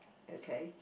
okay